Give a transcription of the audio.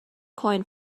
coin